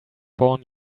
born